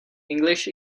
english